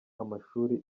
amashuri